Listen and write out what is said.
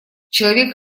человек